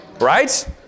Right